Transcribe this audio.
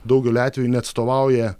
daugeliu atvejų neatstovauja